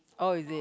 oh is it